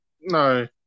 No